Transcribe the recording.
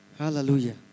Hallelujah